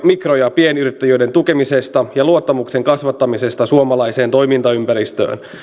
mikro ja pienyrittäjyyden tukemisesta ja luottamuksen kasvattamisesta suomalaiseen toimintaympäristöön